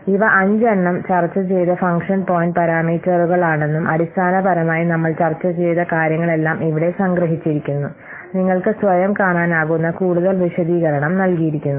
ഇവ അഞ്ചെണ്ണം ചർച്ച ചെയ്ത ഫംഗ്ഷൻ പോയിന്റ് പാരാമീറ്ററുകളാണെന്നും അടിസ്ഥാനപരമായി നമ്മൾ ചർച്ച ചെയ്ത കാര്യങ്ങളെല്ലാം ഇവിടെ സംഗ്രഹിച്ചിരിക്കുന്നു നിങ്ങൾക്ക് സ്വയം കാണാനാകുന്ന കൂടുതൽ വിശദീകരണം നൽകിയിരിക്കുന്നു